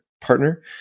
partner